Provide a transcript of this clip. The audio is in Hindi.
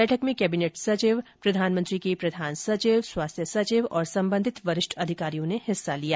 बैठक में केबिनेट सचिव प्रधानमंत्री के प्रधान सचिव स्वास्थ सचिव और संबंधित वरिष्ठ अधिकारियों ने हिस्सा लिया